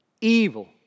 evil